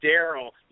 Daryl